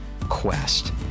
Quest